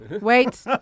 Wait